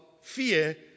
fear